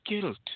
guilt